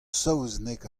saozneg